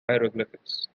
hieroglyphics